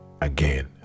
again